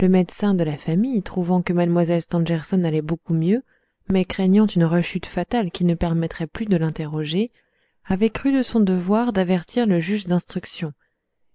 le médecin de la famille trouvant que mlle stangerson allait beaucoup mieux mais craignant une rechute fatale qui ne permettrait plus de l'interroger avait cru de son devoir d'avertir le juge d'instruction